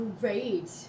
Great